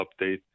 update